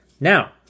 Now